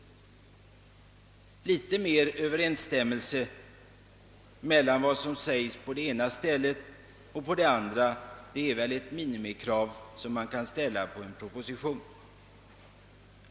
Något mera överensstämmelse mellan vad som säges på det ena och det andra stället är väl ett minimikrav på en proposition.